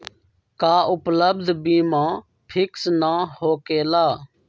का उपलब्ध बीमा फिक्स न होकेला?